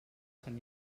sant